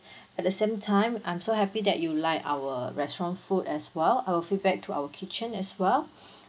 at the same time I'm so happy that you like our restaurant food as well I will feedback to our kitchen as well